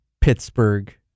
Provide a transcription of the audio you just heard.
Pittsburgh